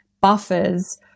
buffers